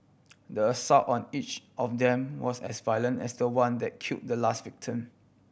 the assault on each of them was as violent as the one that kill the last victim